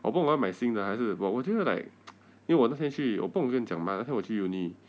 我不懂要买新的还是 but 我觉得 like 因为我那天去我不懂有跟你讲吗那天我去 uni~